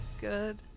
Good